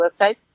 websites